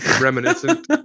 Reminiscent